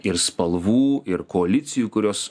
ir spalvų ir koalicijų kurios